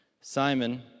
Simon